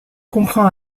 comprend